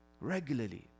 Regularly